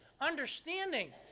understanding